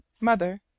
mother